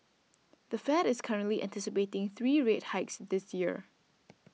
the Fed is currently anticipating three rate hikes this year